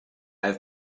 have